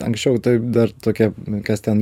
anksčiau tai dar tokia kas ten